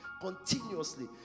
continuously